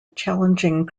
challenging